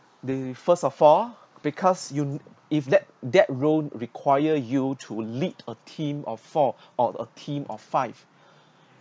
the first of four because you if that that role require you to lead a team of four or a team of five